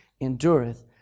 endureth